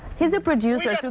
he's a producer. so